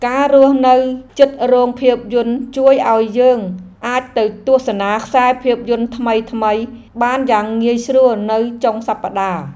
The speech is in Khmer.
ការរស់នៅជិតរោងភាពយន្តជួយឱ្យយើងអាចទៅទស្សនាខ្សែភាពយន្តថ្មីៗបានយ៉ាងងាយស្រួលនៅចុងសប្តាហ៍។